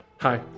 Hi